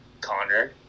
Connor